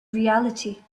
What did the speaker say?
reality